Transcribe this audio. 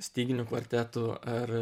styginių kvartetu ar